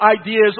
ideas